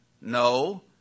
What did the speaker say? No